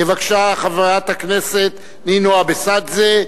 בבקשה, חברת הכנסת נינו אבסדזה.